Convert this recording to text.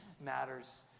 matters